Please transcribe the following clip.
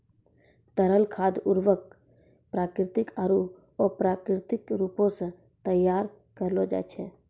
तरल खाद उर्वरक प्राकृतिक आरु अप्राकृतिक रूपो सें तैयार करलो जाय छै